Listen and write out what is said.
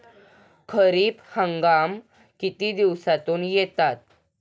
खरीप हंगाम किती दिवसातून येतात?